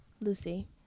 Lucy